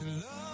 love